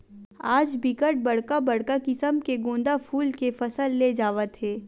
आज बिकट बड़का बड़का किसम के गोंदा फूल के फसल ले जावत हे